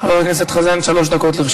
שלוש דקות.